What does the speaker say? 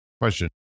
Question